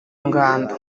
ngando